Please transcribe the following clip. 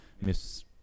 miss